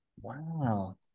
Wow